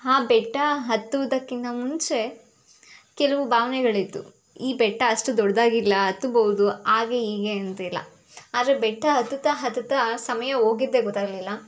ಆ ಬೆಟ್ಟ ಹತ್ತುವುದಕ್ಕಿಂತ ಮುಂಚೆ ಕೆಲವು ಭಾವನೆಗಳಿತ್ತು ಈ ಬೆಟ್ಟ ಅಷ್ಟು ದೊಡ್ಡದಾಗಿಲ್ಲ ಹತ್ತಬೋದು ಹಾಗೆ ಹೀಗೆ ಅಂತೆಲ್ಲ ಆದರೆ ಬೆಟ್ಟ ಹತ್ತುತ್ತಾ ಹತ್ತುತ್ತಾ ಸಮಯ ಹೋಗಿದ್ದೆ ಗೊತ್ತಾಗಲಿಲ್ಲ